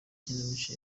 kinamico